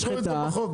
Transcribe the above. אם המשחטה הזאת עמוסה,